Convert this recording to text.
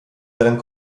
seinen